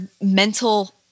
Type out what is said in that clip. mental